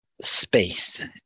space